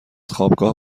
خوابگاه